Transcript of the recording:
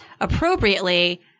appropriately